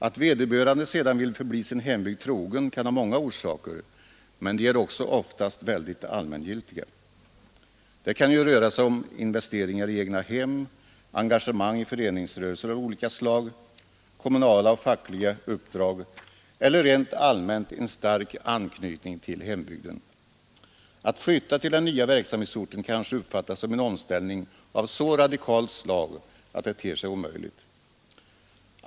Att vederbörande sedan vill förbli sin hembygd trogen kan ha många orsaker, men de är också oftast väldigt allmängiltiga. Det kan ju röra sig om investeringar i egnahem, engagemang i föreningsrörelser av olika slag, kommunala och fackliga uppdrag eller rent allmänt en stark anknytning till hembygden. Att flytta till den nya verksamhetsorten kanske uppfattas som en omställning av så radikalt slag att det ter sig omöjligt.